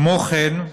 כמו כן,